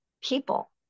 people